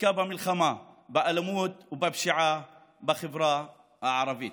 חלקה במלחמה באלימות ובפשיעה בחברה הערבית.